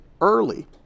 early